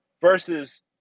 versus